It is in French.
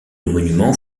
monument